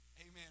Amen